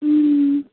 अँ